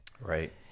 right